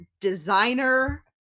designer